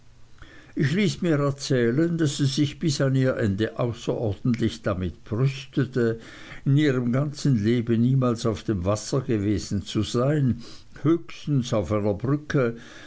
ich ließ mir erzählen daß sie sich bis an ihr ende außerordentlich damit brüstete in ihrem ganzen leben niemals auf dem wasser gewesen zu sein höchstens auf einer brücke